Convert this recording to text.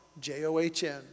j-o-h-n